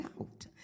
out